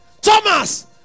Thomas